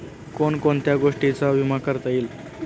कोण कोणत्या गोष्टींचा विमा करता येईल?